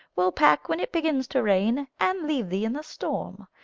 will pack when it begins to rain and leave thee in the storm.